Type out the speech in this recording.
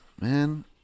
man